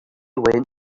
went